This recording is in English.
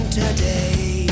today